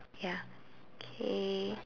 ya K